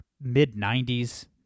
mid-90s